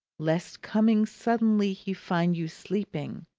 lest coming suddenly he find you sleeping.